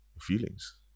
feelings